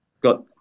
got